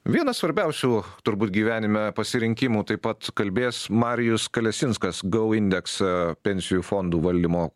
vieną svarbiausių turbūt gyvenime pasirinkimų taip pat kalbės marijus kalesinskas gou indeksą pensijų fondų valdymo